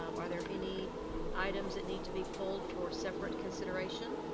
um are there any items that need to be pulled for separate consideration?